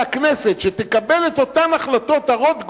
הכנסת שתקבל את אותן החלטות הרות גורל,